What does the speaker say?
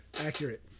accurate